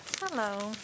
Hello